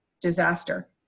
disaster